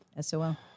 SOL